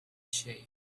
shape